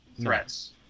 threats